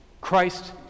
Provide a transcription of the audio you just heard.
Christ